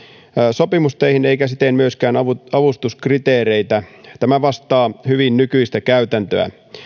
sopimusteihin eikä siten myöskään avustuskriteereitä tämä vastaa hyvin nykyistä käytäntöä